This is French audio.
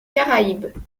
caraïbes